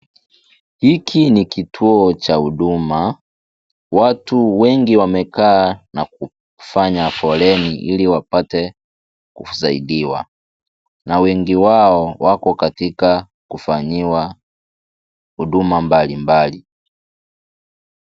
Hiki ni kituo cha huduma watu wengi wamekaa Na kufanya foleni ili wapate kusaidiwa na wengi wao wako katika kufanyiwa huduma mbalimbali.